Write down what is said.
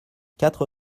quatre